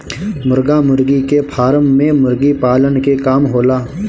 मुर्गा मुर्गी के फार्म में मुर्गी पालन के काम होला